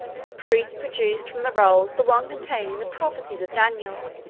the priests produced from the rolls the one containing the prophecies of daniel,